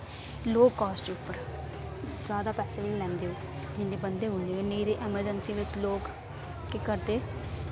लो cost उप्पर ज्यादा पैसे बी निं लैंदे ओ जिन्ने बनदे उन्ने गै नेईं ते एमर्जेन्सी बिच लोक केह् करदे